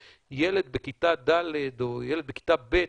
שילד בכיתה ד' או ילד בכיתה ב'